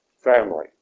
family